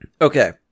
Okay